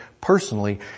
personally